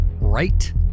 right